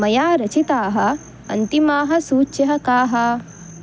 मया रचिताः अन्तिमाः सूच्यः काः